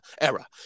era